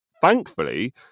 thankfully